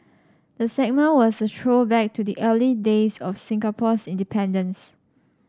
the segment was a throwback to the early days of Singapore's independence